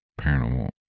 paranormal